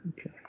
Okay